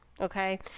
Okay